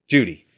Judy